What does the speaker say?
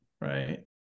right